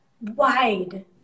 wide